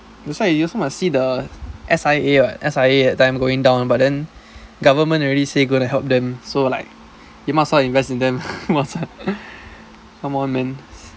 that's why you also must see the S_I_A [what] S_I_A that time going down but then government already say going to help them so like you might as well invest in them might as well come on man